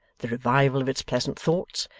the revival of its pleasant thoughts,